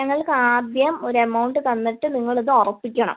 ഞങ്ങൾക്ക് ആദ്യം ഒരു എമൗണ്ട് തന്നിട്ട് നിങ്ങളത് ഉറപ്പിക്കണം